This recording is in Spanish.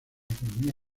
economía